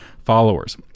Followers